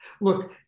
look